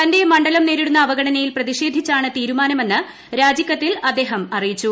തന്റെ മണ്ഡലം നേരിടുന്ന അവഗണനയിൽ പ്രതിഷേധിച്ചാണ് തീരുമാനമെന്ന് രാജിക്കത്തിൽ അദ്ദേഹ്ലൂട്ട് അറിയിച്ചു